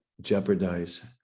jeopardize